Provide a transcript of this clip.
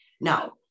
Now